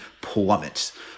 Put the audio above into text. plummets